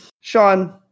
Sean